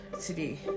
today